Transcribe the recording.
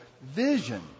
vision